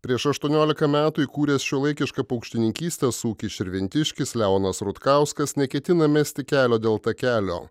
prieš aštuoniolika metų įkūręs šiuolaikišką paukštininkystės ūkį širvintiškis leonas rutkauskas neketina mesti kelio dėl takelio